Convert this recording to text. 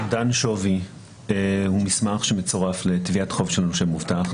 אומדן שווי הוא מסמך שמצורף לתביעת חוב של נושה מובטח.